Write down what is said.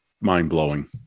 mind-blowing